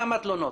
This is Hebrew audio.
כמה תלונות?